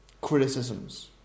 Criticisms